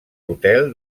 hotel